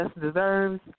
deserves